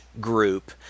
group